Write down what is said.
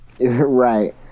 Right